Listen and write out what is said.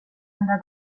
enda